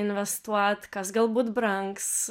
investuot kas galbūt brangs